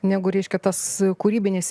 negu reiškia tas kūrybinis